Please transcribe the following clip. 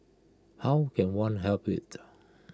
how can one help IT